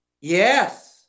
Yes